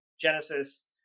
Genesis